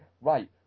right